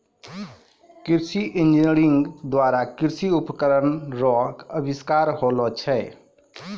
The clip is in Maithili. कृषि इंजीनियरिंग द्वारा कृषि उपकरण रो अविष्कार होलो छै